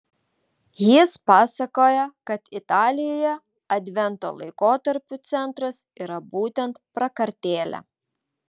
jis pasakoja kad italijoje advento laikotarpio centras yra būtent prakartėlė